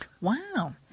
Wow